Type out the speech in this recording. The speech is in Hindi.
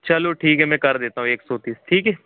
चलो ठीक है मैं कर देता हूँ एक सौ तीस ठीक है